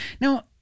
Now